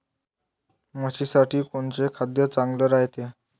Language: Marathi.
म्हशीसाठी कोनचे खाद्य चांगलं रायते?